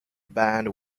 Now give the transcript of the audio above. band